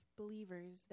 believers